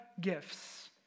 gifts